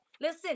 Listen